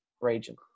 region